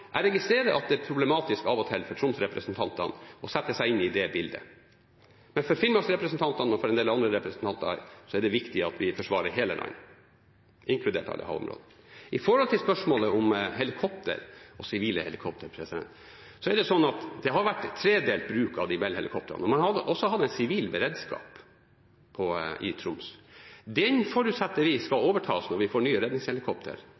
Jeg registrerer at det av og til er problematisk for Troms-representantene å sette seg inn i det bildet, men for Finnmark-representantene og for en del andre representanter er det viktig at vi forsvarer hele landet, inkludert alle havområdene. Når det gjelder spørsmålet om helikoptre – og sivile helikoptre – er det sånn at det har vært en tredelt bruk av Bell-helikoptrene. Man har også hatt en sivil beredskap i Troms. Den forutsetter vi skal